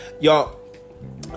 Y'all